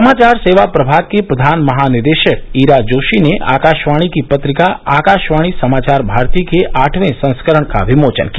समाचार सेवा प्रभाग की प्रधान महानिदेशक ईरा जोशी ने आकाशवाणी की पत्रिका आकाशवाणी समाचार भारती के आठवें संस्करण का विमोचन किया